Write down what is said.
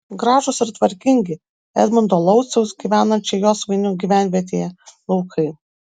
gražūs ir tvarkingi edmundo lauciaus gyvenančio josvainių gyvenvietėje laukai